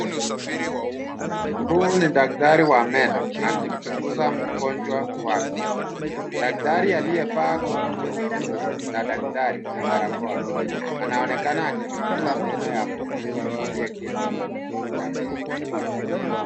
Huyu ni daktari wa meno akimchunguza mgonjwa wake. Daktari aliyevaa koti jeupe la daktari na barakoa anaonekana akichunguza meno ya mgonjwa aliyeketi kwenye kiti cha meno.